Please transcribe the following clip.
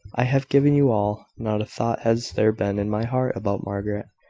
i have given you all. not a thought has there been in my heart about margaret,